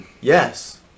Yes